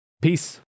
Peace